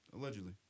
Allegedly